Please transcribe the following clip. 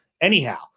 anyhow